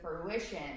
fruition